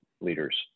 leaders